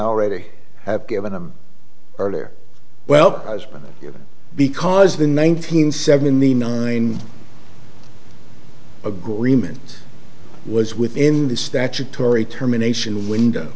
already have given them earlier well because the nineteen seventy nine agreement was within the statutory terminations window